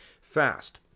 fast